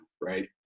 right